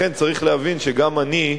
לכן צריך להבין שגם אני,